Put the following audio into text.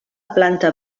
planta